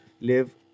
live